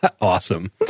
Awesome